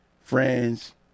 friends